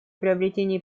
приобретения